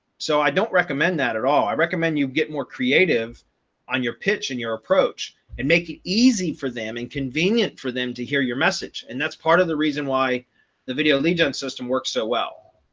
so i don't recommend that at all. i recommend you get more creative on your pitch and your approach and make it easy for them and convenient for them to hear your message. and that's part of the reason why the video legion system works so well.